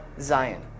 Zion